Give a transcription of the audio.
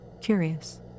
curious